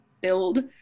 build